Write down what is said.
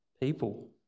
people